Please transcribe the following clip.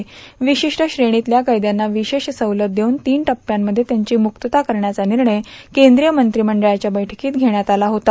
र्वाशष्ट श्रेणीतल्या कैदयांना र्विशेष सवलत देऊन तीन टप्प्यांमध्ये त्यांची मुक्तता करण्याचा ानणय कद्रीय मंत्रिमंडळाच्या बैठकांत घेण्यात आला होता